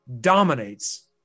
dominates